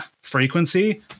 frequency